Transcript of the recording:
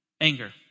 anger